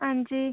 हां जी